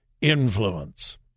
influence